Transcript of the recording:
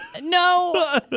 No